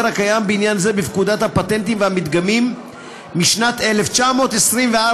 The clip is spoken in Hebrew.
הקיים בעניין זה בפקודת הפטנטים והמדגמים משנת 1924,